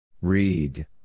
Read